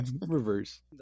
Reverse